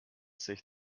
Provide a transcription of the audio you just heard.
sich